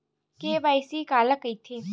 KYC काला कइथे?